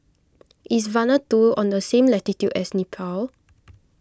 is Vanuatu on the same latitude as Nepal